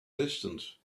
distant